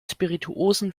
spirituosen